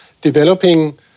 developing